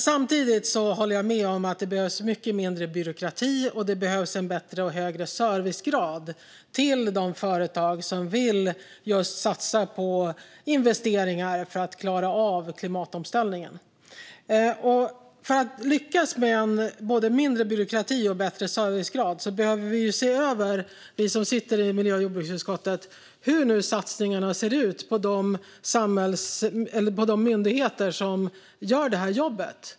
Samtidigt håller jag med om att det behövs mycket mindre byråkrati och en högre servicegrad till de företag som vill satsa på investeringar för att klara av klimatomställningen. För att lyckas med både mindre byråkrati och bättre servicegrad behöver vi som sitter i miljö och jordbruksutskottet se över hur satsningarna på de myndigheter som gör det här jobbet ser ut.